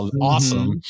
awesome